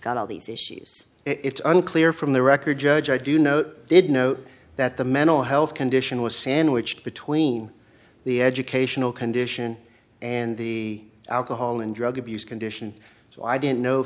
got all these issues it's unclear from the record judge i do know did know that the mental health condition was sandwiched between the educational condition and the alcohol and drug abuse condition so i didn't know